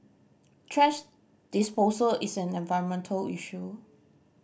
thrash disposal is an environmental issue